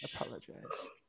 Apologize